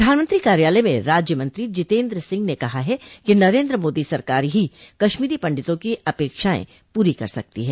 प्रधानमंत्री कार्यालय में राज्य मंत्री जितेन्द्र सिंह ने कहा है कि नरेन्द्र मोदी सरकार ही कश्मीरी पंडितों की अपेक्षाएं पूरी कर सकती है